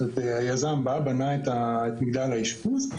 היזם בנה את מגדל האשפוז,